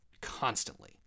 constantly